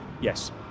Yes